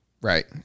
Right